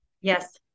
Yes